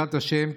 בעזרת השם,